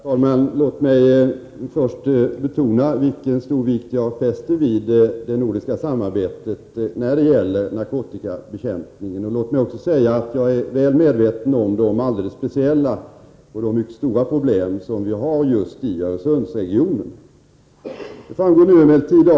Herr talman! Låt mig först betona vilken stor vikt jag fäster vid det nordiska samarbetet när det gäller narkotikabekämpningen. Jag är väl medveten om de alldeles speciella och mycket stora problemen i Öresundsregionen.